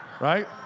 Right